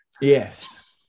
Yes